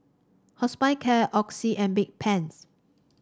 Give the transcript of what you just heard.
Hospicare Oxy and Bedpans